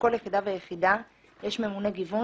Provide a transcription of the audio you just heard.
בכל יחידה ויחידה יש ממונה גיוון